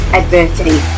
adversity